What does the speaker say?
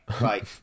right